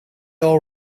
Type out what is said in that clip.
all